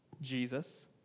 Jesus